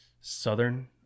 Southern